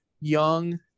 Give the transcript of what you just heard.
young